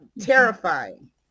terrifying